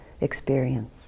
experience